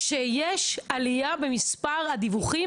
צריך לזכור שכשיש עלייה במספר הדיווחים